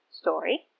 story